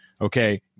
okay